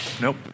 Nope